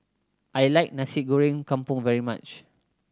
I like Nasi Goreng Kampung very much